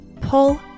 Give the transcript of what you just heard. Pull